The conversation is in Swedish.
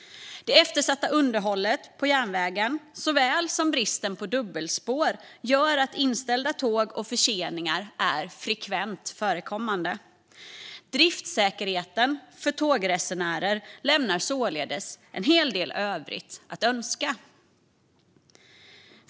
Det eftersatta underhållet av järnvägen såväl som bristen på dubbelspår gör att inställda tåg och förseningar är frekvent förekommande. Driftssäkerheten för tågresenärer lämnar således en hel del övrigt att önska.